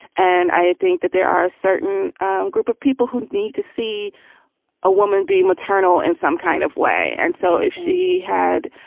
and i think that there are a certain group of people who need to see a woman be maternal in some kind of way. and so if she had,